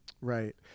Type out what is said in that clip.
Right